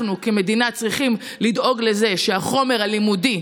אנחנו כמדינה צריכים לדאוג לזה שהחומר הלימודי,